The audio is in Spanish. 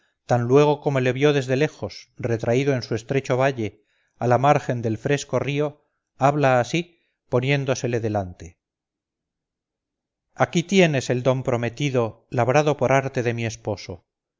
tan luego como le vio de lejos retraído en su estrecho valle a la margen del fresco río habla así poniéndosele delante aquí tienes el don prometido labrado por arte de mi esposo